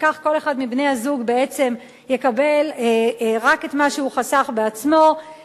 וכך כל אחד מבני-הזוג בעצם יקבל רק את מה שהוא חסך בעצמו,